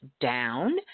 down